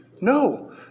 No